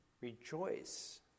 rejoice